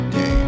Day